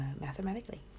mathematically